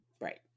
right